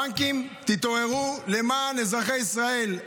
בנקים, תתעוררו, למען אזרחי ישראל.